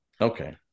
Okay